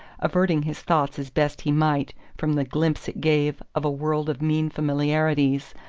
averting his thoughts as best he might from the glimpse it gave of a world of mean familiarities,